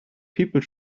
people